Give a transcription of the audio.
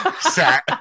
set